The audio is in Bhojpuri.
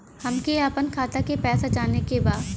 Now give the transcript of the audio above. हमके आपन खाता के पैसा जाने के बा